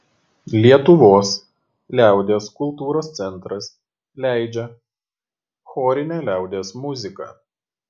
lietuvos liaudies kultūros centras leidžia chorinę liaudies muziką